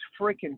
freaking